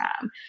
time